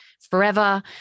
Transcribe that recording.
forever